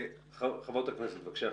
חברת הכנסת ברביבאי, בבקשה.